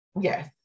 yes